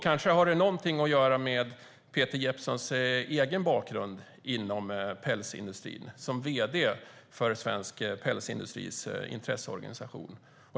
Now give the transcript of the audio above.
Kanske har det något att göra med Peter Jeppssons egen bakgrund inom den svenska pälsindustrin som vd för dess intresseorganisation.